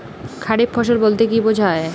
খারিফ ফসল বলতে কী বোঝায়?